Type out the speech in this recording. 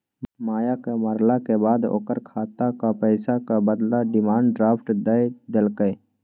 मायक मरलाक बाद ओकर खातक पैसाक बदला डिमांड ड्राफट दए देलकै